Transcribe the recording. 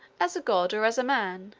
as a god or as a man,